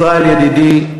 ישראל ידידי,